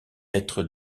être